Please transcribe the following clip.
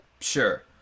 Sure